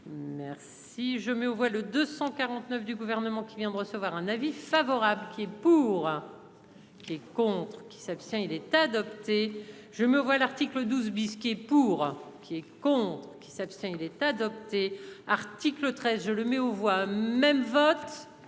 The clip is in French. Si je mets aux voix le 249 du gouvernement qui vient de recevoir un avis favorable. Qui est pour. Et contre. Sébastien, il est adopté. Je me vois l'article 12 bis. Qui est pour. Qui est contre. Il s'abstient il est adopté. Article 13 je le mets aux voix même vote